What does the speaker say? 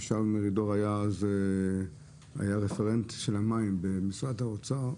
שאול מרידור היה אז רפרנט של המים במשרד האוצר,